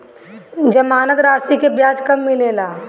जमानद राशी के ब्याज कब मिले ला?